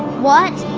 what?